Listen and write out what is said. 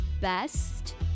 best